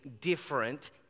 different